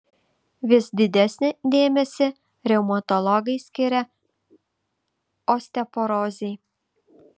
vis didesnį dėmesį reumatologai skiria osteoporozei